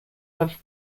have